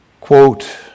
quote